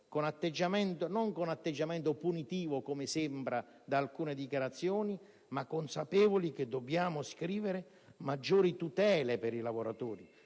però con atteggiamento punitivo, come sembra emergere da alcune dichiarazioni, ma consapevoli che dobbiamo scrivere maggiori tutele per i lavoratori,